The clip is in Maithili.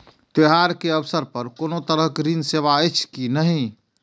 त्योहार के अवसर पर कोनो तरहक ऋण सेवा अछि कि नहिं?